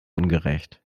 ungerecht